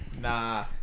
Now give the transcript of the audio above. Nah